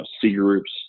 C-groups